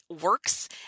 works